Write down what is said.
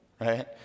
right